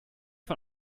von